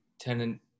tenant